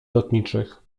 lotniczych